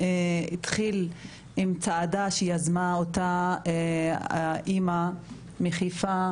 עם צעדה שיזמה אותה האימא מחיפה,